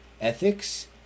ethics